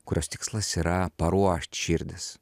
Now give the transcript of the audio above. kurios tikslas yra paruošt širdis